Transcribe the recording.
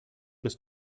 was